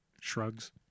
shrugs